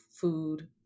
food